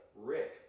Rick